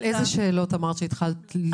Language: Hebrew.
איזה שאלות התחלת לשאול את עצמך תוך כדי?